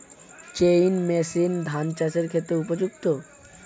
Chain machine ধান চাষের ক্ষেত্রে উপযুক্ত?